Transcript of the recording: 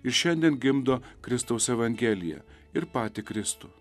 ir šiandien gimdo kristaus evangeliją ir patį kristų